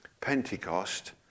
Pentecost